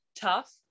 tough